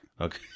Okay